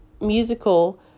musical